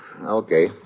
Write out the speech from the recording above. Okay